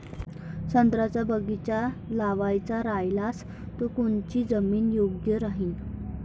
संत्र्याचा बगीचा लावायचा रायल्यास कोनची जमीन योग्य राहीन?